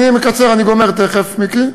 אני מקצר, אני תכף גומר, מיקי: